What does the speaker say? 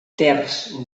terç